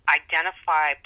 identify